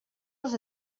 les